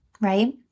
right